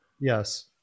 Yes